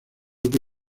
que